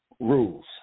rules